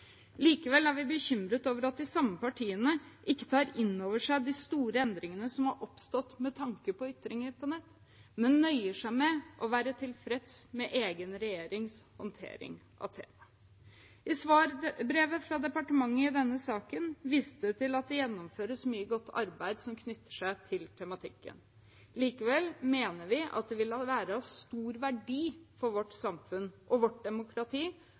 Likevel er vi bekymret over at de samme partiene ikke tar inn over seg de store endringene som har oppstått med tanke på ytringer på nett, men nøyer seg med å være tilfreds med egen regjerings håndtering av temaet. I svarbrevet fra departementet i denne saken vises det til at det gjennomføres mye godt arbeid knyttet til tematikken. Likevel mener vi at det ville være av stor verdi for vårt samfunn og vårt demokrati